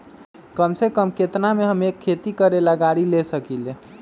कम से कम केतना में हम एक खेती करेला गाड़ी ले सकींले?